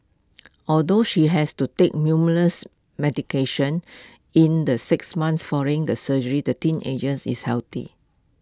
although she has to take numerous medications in the six months following the surgery the teenagers is healthy